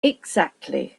exactly